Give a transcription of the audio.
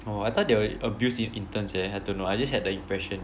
oh I thought they would abuse in~ interns eh I don't know I just had the impression